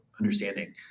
understanding